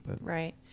right